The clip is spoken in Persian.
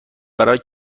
برای